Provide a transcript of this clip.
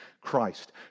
Christ